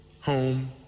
home